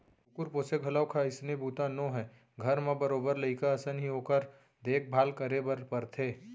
कुकुर पोसे घलौक ह अइसने बूता नोहय घर म बरोबर लइका असन ही ओकर देख भाल करे बर परथे